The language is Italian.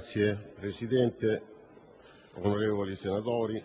Signor Presidente, onorevoli senatori,